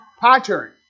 pattern